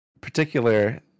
particular